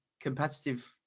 competitive